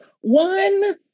one